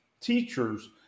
teachers